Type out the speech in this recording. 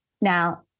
Now